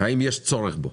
האם יש צורך בו.